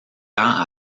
ans